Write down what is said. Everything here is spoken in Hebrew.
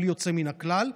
בלי יוצא מן הכלל,